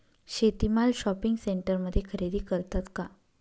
शेती माल शॉपिंग सेंटरमध्ये खरेदी करतात का?